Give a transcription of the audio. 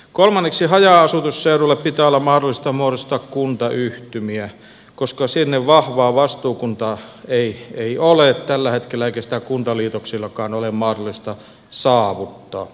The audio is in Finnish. kolmanneksi haja asutusseudulle pitää olla mahdollista muodostaa kuntayhtymiä koska sinne vahvaa vastuukuntaa ei ole tällä hetkellä eikä sitä kuntaliitoksillakaan ole mahdollista saavuttaa